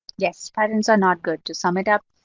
yes, patterns are not good. to sum it up,